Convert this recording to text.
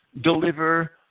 deliver